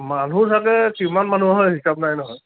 মানুহ চাগৈ কিমান মানুহ হয় হিচাপ নাই নহয়